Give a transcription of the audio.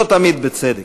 לא תמיד בצדק.